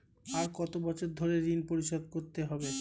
আর কত বছর ধরে ঋণ পরিশোধ করতে হবে?